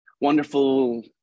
wonderful